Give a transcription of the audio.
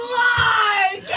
lie